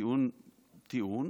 טיעון טיעון,